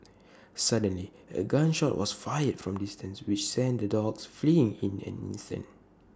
suddenly A gun shot was fired from A distance which sent the dogs fleeing in an instant